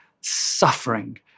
suffering